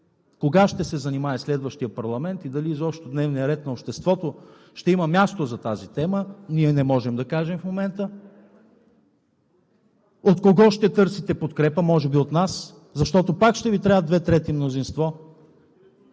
Кога ще се занимае следващият парламент и дали изобщо в дневния ред на обществото ще има място за тази тема, ние не можем да кажем в момента. От кого ще търсите подкрепа? Може би от нас, защото пак ще Ви трябва 2/3 мнозинство,